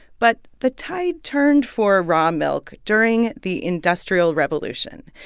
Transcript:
but the tide turned for raw milk during the industrial revolution.